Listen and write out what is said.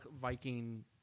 Viking